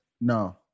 No